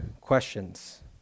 questions